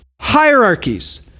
hierarchies